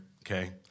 okay